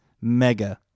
mega